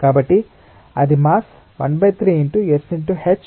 కాబట్టి అది mass 1 3 × S × ℎ × 𝜌 కి సమానం